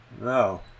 no